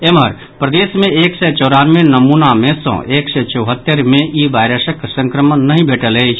एम्हर प्रदेश मे एक सय चौरानवे नमूना मे सॅ एक सय चौहत्तरि मे ई वायरसक संक्रमण नहि भेटल अछि